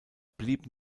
blieb